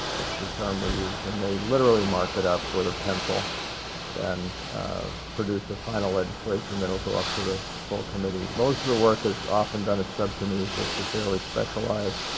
the term we use. and they literally mark it up with a pencil and produce a final legislation that will go up to the full committee. most of the work is often done at subcommittees, which are fairly specialized.